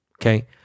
okay